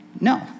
no